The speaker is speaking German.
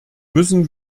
müssen